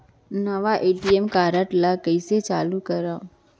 नवा ATM card ल कइसे चालू करव?